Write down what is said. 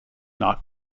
not